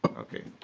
okay.